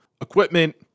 equipment